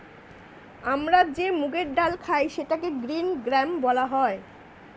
আমরা যে মুগের ডাল খাই সেটাকে গ্রীন গ্রাম বলা হয়